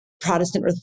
Protestant